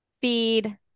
feed